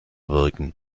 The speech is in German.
wirken